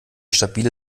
stabile